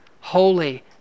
holy